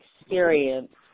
experience